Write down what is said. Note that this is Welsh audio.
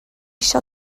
isio